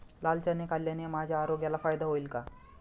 लाल चणे खाल्ल्याने माझ्या आरोग्याला फायदा होईल का?